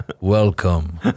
Welcome